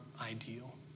ideal